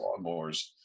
lawnmowers